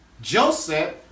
joseph